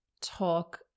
talk